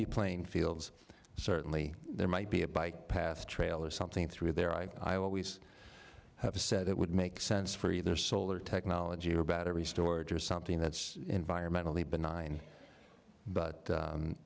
be playing fields certainly there might be a bike path trail or something through there i've always said it would make sense for either solar technology or better restored or something that's environmentally benign but